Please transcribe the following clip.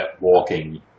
walking